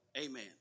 Amen